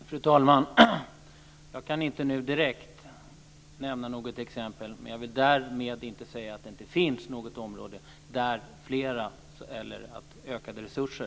Fru talman! Jag kan inte nu direkt nämna något exempel. Men jag vill därmed inte säga att det inte finns något område där det behövs ökade resurser.